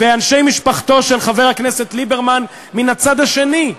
ואנשי משפחתו של חבר הכנסת ליברמן מן הצד השני,